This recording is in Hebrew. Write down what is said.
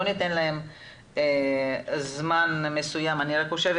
בואו ניתן להם זמן מסוים אני רק חושבת